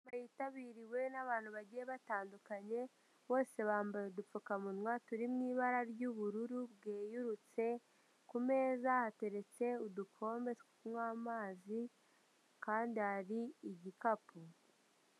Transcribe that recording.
Inama yitabiriwe n'abantu bagiye batandukanye, bose bambaye udupfukamunwa turi mu ibara ry'ubururu bwerurutse, ku meza hateretse udukombe tw'amazi kandi hari igikapu.